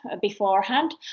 beforehand